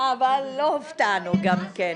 לא הופתענו גם.